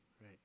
Right